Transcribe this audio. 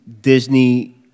Disney